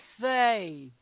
say